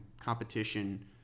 competition